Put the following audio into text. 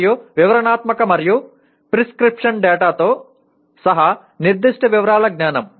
మరియు వివరణాత్మక మరియు ప్రిస్క్రిప్టివ్ డేటాతో సహా నిర్దిష్ట వివరాల జ్ఞానం